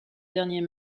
dernier